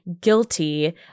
guilty